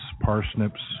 parsnips